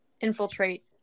infiltrate